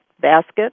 basket